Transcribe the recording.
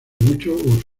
muchos